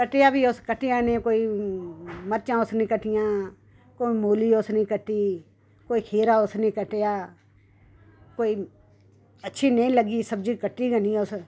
कट्टेआ बी उस कट्टेआ निं कोई मरचां उस निं कट्टियां कोई मूली उस निं कट्टी कोई खीरा उस निं कट्टेआ कोई अच्छी नेईं लग्गी सब्ज़ी कट्टी गै निं उस